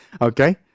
Okay